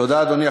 תודה, אדוני.